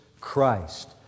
Christ